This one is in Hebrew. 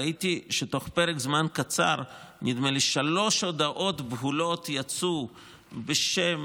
ראיתי שתוך פרק זמן קצר שלוש הודעות בהולות יצאו בשם